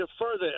further